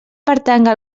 pertanga